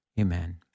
amen